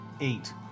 eight